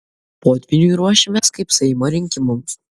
potvyniui ruošiamės kaip seimo rinkimams